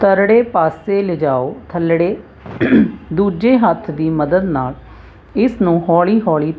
ਥਰੜੇ ਪਾਸੇ ਲਿਜਾਓ ਥੱਲੜੇ ਦੂਜੇ ਹੱਥ ਦੀ ਮਦਦ ਨਾਲ ਇਸ ਨੂੰ ਹੌਲੀ ਹੌਲੀ